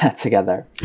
together